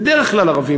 בדרך כלל ערבים,